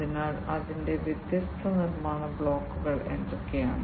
അതിനാൽ അതിന്റെ വ്യത്യസ്ത നിർമ്മാണ ബ്ലോക്കുകൾ എന്തൊക്കെയാണ്